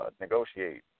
negotiate